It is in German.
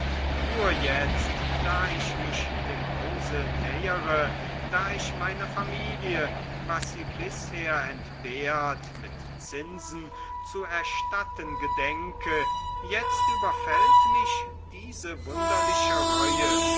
nur jetzt da ich mich dem hause nähere da ich meiner familie was sie bisher entbehrt mit zinsen zu erstatten gedenke jetzt überfällt mich diese wunderliche reue